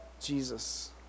Jesus